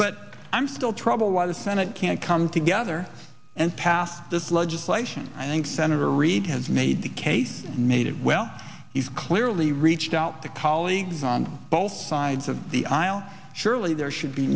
but i'm still troubled by the senate can't come together and pass this legislation i think senator reid has made the case and made it well he's clearly reached out to colleagues on both sides of the aisle surely there should be